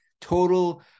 total